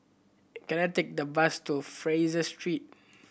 can I take the bus to Fraser Street